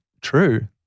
true